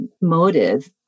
motive